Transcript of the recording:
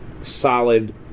solid